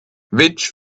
which